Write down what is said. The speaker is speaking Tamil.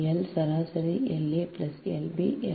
L சராசரி L a L b